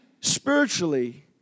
spiritually